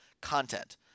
content